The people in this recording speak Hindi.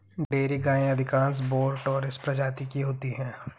डेयरी गायें अधिकांश बोस टॉरस प्रजाति की होती हैं